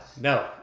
no